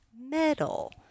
metal